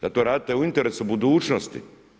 Da to radite u interesu budućnosti.